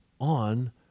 on